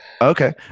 Okay